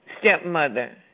stepmother